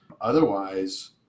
Otherwise